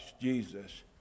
Jesus